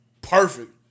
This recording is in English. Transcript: Perfect